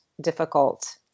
difficult